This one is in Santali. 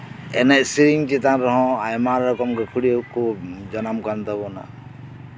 ᱮᱱᱮᱡ ᱥᱮᱨᱮᱧ ᱪᱮᱛᱟᱱ ᱨᱮᱦᱚᱸ ᱟᱭᱢᱟ ᱨᱚᱠᱚᱢ ᱜᱟᱹᱠᱷᱩᱲᱤᱭᱟᱹ ᱠᱚ ᱡᱟᱱᱟᱢ ᱟᱠᱟᱱ ᱛᱟᱵᱳᱱᱟ